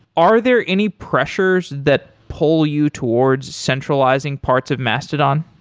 are there any pressures that pull you towards centralizing parts of mastodon?